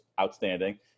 outstanding